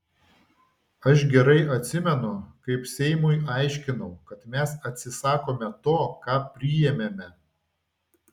aš gerai atsimenu kaip seimui aiškinau kad mes atsisakome to ką priėmėme